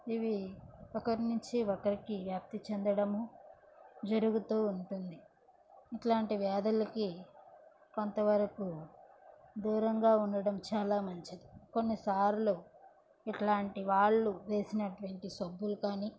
ఇవి ఒకరినించి ఒకరికి వ్యాప్తి చెందడము జరుగుతూ ఉంటుంది ఇట్లాంటి వ్యాధులకి కొంతవరకు దూరంగా ఉండడం చాలా మంచిది కొన్నిసార్లు ఇట్లాంటి వాళ్ళు వేసినటువంటి సబ్బులు కానీ